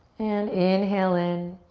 and inhale in.